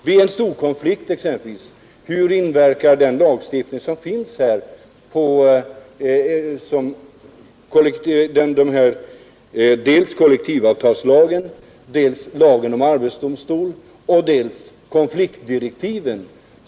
Hur inverkar vid en storkonflikt den lagstiftning som finns på det här området, dvs. kollektivavtalslagen, lagen om arbetsdomstol och konflikdirektiven?